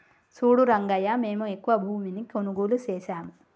సూడు రంగయ్యా మేము ఎక్కువ భూమిని కొనుగోలు సేసాము